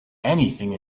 anything